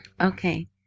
Okay